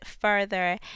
further